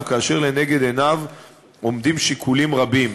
כאשר לנגד עיניו עומדים שיקולים רבים,